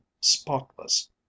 spotless